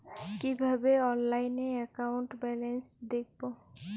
কিভাবে অনলাইনে account balance দেখবো?